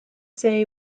say